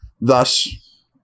thus